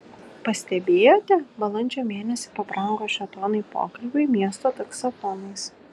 pastebėjote balandžio mėnesį pabrango žetonai pokalbiui miesto taksofonais